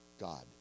God